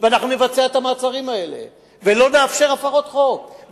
ואנחנו נבצע את המעצרים האלה ולא נאפשר הפרות חוק,